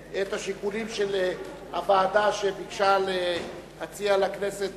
את השיקולים של הוועדה שביקשה להציע לכנסת